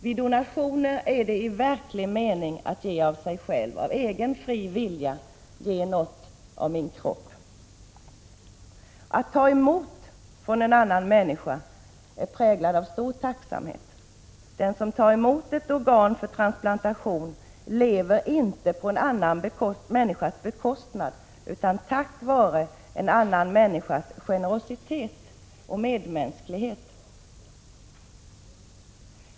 Vid donationer är det i verklig mening att ge av sig själv; av egen fri vilja ger jag något av min kropp. Att ta emot från en annan människa är präglat av stor tacksamhet. Den som tar emot ett organ för transplantation lever inte på en annan människas bekostnad utan tack vare en annan människas generositet och medmänsklighet.